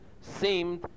seemed